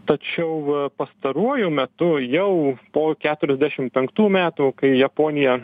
tačiau pastaruoju metu jau po keturiasdešim penktų metų kai japonija